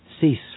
Cease